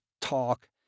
talk